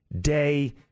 day